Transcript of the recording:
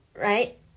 right